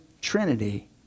Trinity